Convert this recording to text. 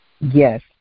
Yes